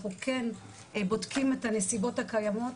אנחנו כן בודקים את הנסיבות הקיימות,